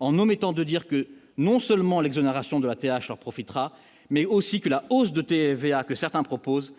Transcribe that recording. en omettant de dire que non seulement l'exonération de la THA profitera mais aussi que la hausse de TVA que certains proposent